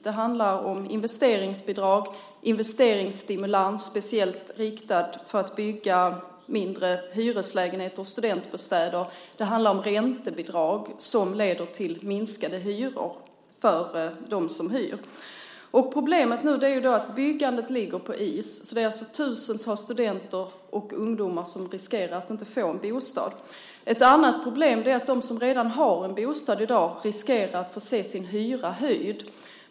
Det handlar om investeringsbidraget, en investeringsstimulans, speciellt inriktat på att bygga mindre hyreslägenheter och studentbostäder. Det handlar om räntebidrag, som leder till minskade hyror för dem som hyr. Problemet nu är att byggandet ligger på is. Det är alltså tusentals studenter och ungdomar som riskerar att inte få en bostad. Ett annat problem är att de som redan har en bostad i dag riskerar att få se sin hyra höjd.